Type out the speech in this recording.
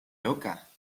loca